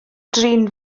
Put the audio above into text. drin